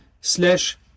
slash